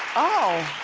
oh!